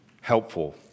helpful